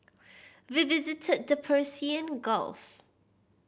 we visited the Persian Gulf